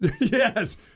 Yes